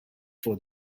for